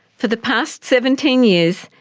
for the past seventeen years,